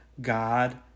God